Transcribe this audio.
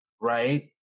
right